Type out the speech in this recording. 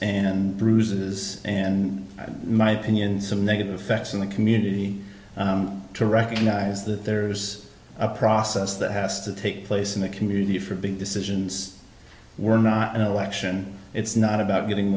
and bruises and my opinion some negative effects on the community to recognize that there's a process that has to take place in the community for big decisions were not an election it's not about getting